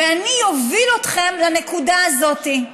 ואני אוביל אתכם לנקודה הזאת.